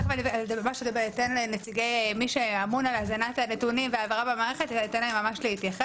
תכף אתן למי שאמון על הזנת הנתונים והעברה במערכת להתייחס.